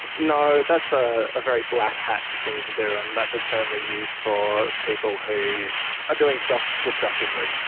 no, that's ah a very black hat thing to do, and that's a term we use for people who are doing stuff destructively.